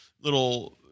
little